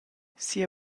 sia